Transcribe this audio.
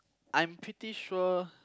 I'm pretty sure